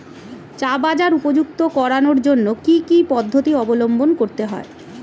চা বাজার উপযুক্ত করানোর জন্য কি কি পদ্ধতি অবলম্বন করতে হয়?